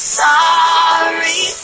sorry